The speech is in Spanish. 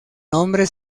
nombre